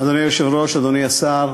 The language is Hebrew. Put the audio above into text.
אדוני היושב-ראש, אדוני השר,